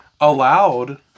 allowed